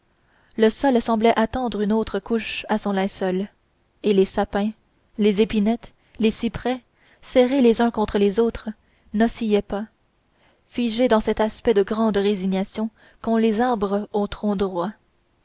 le sol semblait attendre une autre couche à son linceul et les sapins les épinettes les cyprès serrés les uns contre les autres n'oscillaient pas figés dans cet aspect de grande résignation qu'ont les arbres aux troncs droits